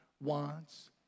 wants